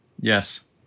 Yes